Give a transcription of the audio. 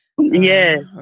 Yes